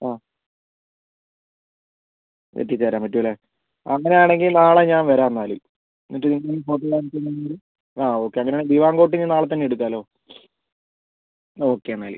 ആ എത്തിച്ചേരാൻ പറ്റും അല്ലേ അങ്ങനെ ആണെങ്കിൽ നാളെ ഞാൻ വരാം എന്നാൽ എന്നിട്ട് ആ ഓക്കെ അങ്ങനെ ആണെങ്കിൽ ദിവാൻ കോട്ട് ഇനി നാളെത്തന്നെ എടുക്കാമല്ലോ ഓക്കെ എന്നാൽ